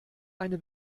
eine